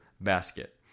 basket